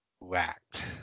whacked